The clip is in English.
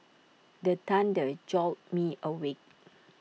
the thunder jolt me awake